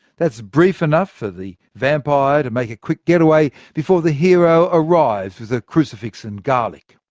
that's brief enough for the vampire to make a quick getaway before the hero arrives with a crucifix and garlic.